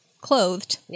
clothed